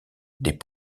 des